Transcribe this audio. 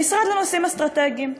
המשרד לנושאים אסטרטגיים.